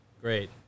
Great